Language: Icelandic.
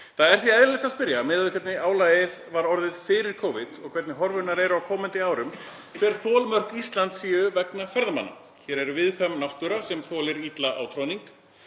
Það er því eðlilegt að spyrja, miðað við hvernig álagið var orðið fyrir Covid og hvernig horfurnar eru á komandi árum, hver þolmörk Íslands séu vegna ferðamanna. Hér er viðkvæm náttúra sem þolir illa átroðning.